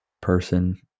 person